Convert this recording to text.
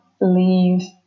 leave